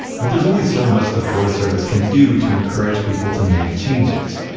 but there's only so much the forest service can do to encourage people to make changes.